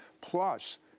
plus